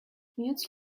mutes